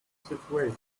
situation